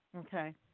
Okay